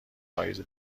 پاییز